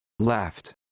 Left